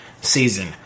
season